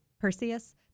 Perseus